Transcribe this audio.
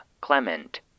Clement